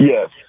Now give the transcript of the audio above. Yes